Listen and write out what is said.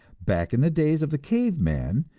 back in the days of the cave man,